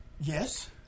Yes